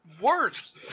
worse